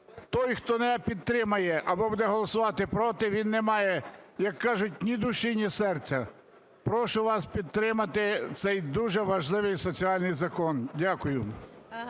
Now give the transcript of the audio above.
той, хто не підтримає або буде голосувати проти, він не має, як кажуть, ні душі ні серця. Прошу вас підтримати цей дуже важливий соціальний закон. Дякую.